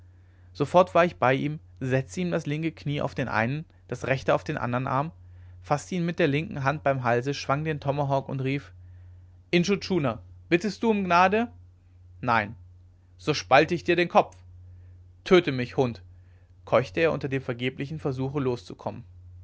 sofort war ich bei ihm setzte ihm das linke knie auf den einen das rechte auf den andern arm faßte ihn mit der linken hand beim halse schwang den tomahawk und rief intschu tschuna bittest du um gnade nein so spalte ich dir den kopf töte mich hund keuchte er unter dem vergeblichen versuche loszukommen